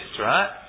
right